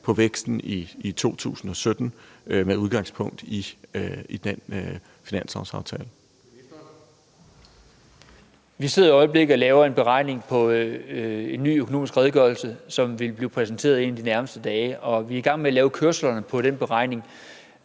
Ministeren. Kl. 14:17 Finansministeren (Kristian Jensen): Vi sidder i øjeblikket og laver en beregning og en ny økonomisk redegørelse, som vil blive præsenteret en af de nærmeste dage, og vi er i gang med at lave kørslerne på den beregning.